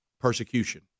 Persecution